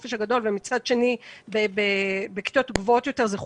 החופש הגדול ומצד שני בכיתות גבוהות יותר זה חופשה,